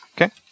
Okay